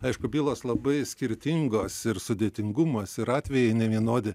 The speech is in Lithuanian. aišku bylos labai skirtingos ir sudėtingumas ir atvejai nevienodi